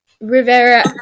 Rivera